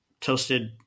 toasted